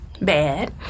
bad